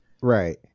Right